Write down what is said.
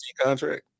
contract